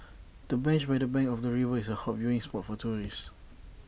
the bench by the bank of the river is A hot viewing spot for tourists